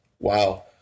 Wow